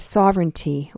sovereignty